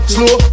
Slow